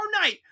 night